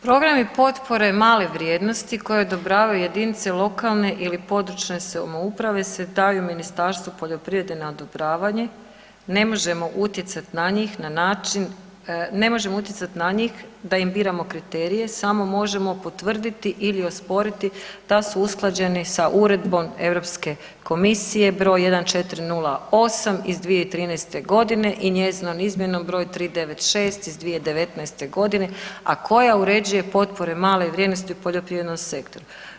Programi potpore male vrijednosti koje odobravaju jedinice lokalne ili područne samouprave se daju Ministarstvu poljoprivrede na odobravanje, ne možemo utjecat na njih na način, ne možemo utjecat na njih da im biramo kriterije, samo možemo potvrditi ili osporiti da su usklađeni sa Uredbom Europske komisije br. 1408 iz 2013.g. i njezinom izmjenom br. 396 iz 2019.g., a koja uređuje potpore male vrijednosti u poljoprivrednom sektoru.